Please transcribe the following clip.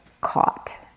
caught